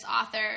author